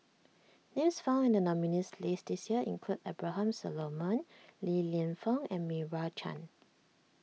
names found in the nominees' list this year include Abraham Solomon Li Lienfung and Meira Chand